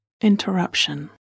interruption